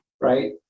Right